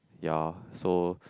ya so